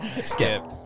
Skip